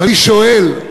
ואני שואל,